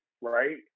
right